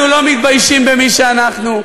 אנחנו לא מתביישים במי שאנחנו.